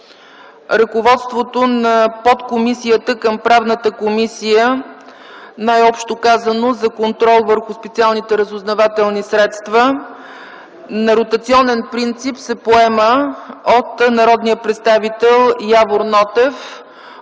Ръководството на подкомисията към Правната комисия, най-общо казано - за контрол върху специалните разузнавателни средства, на ротационен принцип се поема от народния представител Явор Нотев